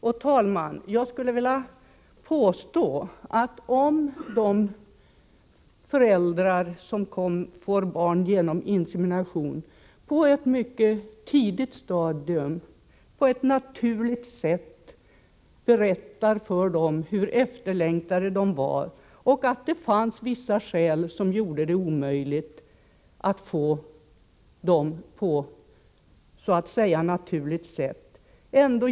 Och jag skulle, herr talman, vilja säga att de föräldrar som får barn genom insemination bör på ett mycket tidigt stadium på ett naturligt sätt berätta för barnet hur efterlängtat det var och att det fanns vissa skäl som gjorde det omöjligt att få barnet på så att säga naturligt sätt.